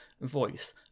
voice